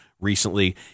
recently